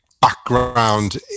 background